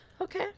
Okay